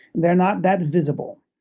they're not that visible,